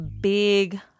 big